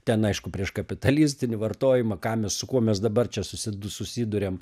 ten aišku prieš kapitalistinį vartojimą ką mes su kuo mes dabar čia susidu susiduriam